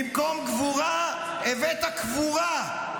במקום גבורה הבאת קבורה.